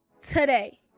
Today